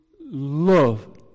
love